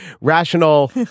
rational